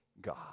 God